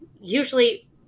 Usually